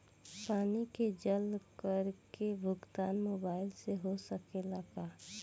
पानी के जल कर के भुगतान मोबाइल से हो सकेला का?